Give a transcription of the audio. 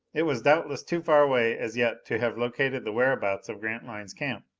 it was doubtless too far away as yet to have located the whereabouts of grantline's camp.